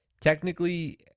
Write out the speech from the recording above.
technically